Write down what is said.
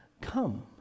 come